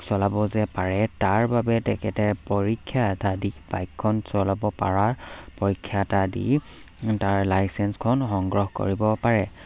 চলাব যে পাৰে তাৰ বাবে তেখেতে পৰীক্ষা এটা দি বাইকখন চলাব পাৰাৰ পৰীক্ষা এটা দি তাৰ লাইচেঞ্চখন সংগ্ৰহ কৰিব পাৰে